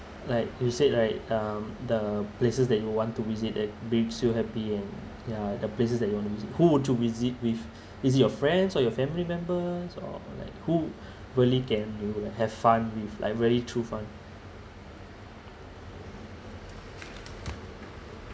like you said right um the places that you will want to visit that makes you happy and yeah the places that you want to visit who would you visit with is it your friends or your family members or like who really can you have fun with like really true fun